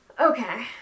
Okay